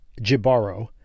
Jibaro